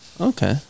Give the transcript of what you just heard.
Okay